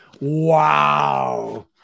Wow